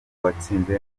uwatsinze